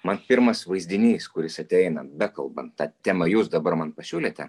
man pirmas vaizdinys kuris ateina bekalbant tą temą jūs dabar man pasiūlėte